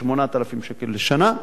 כ-8,000 שקלים לשנה.